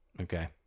Okay